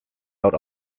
out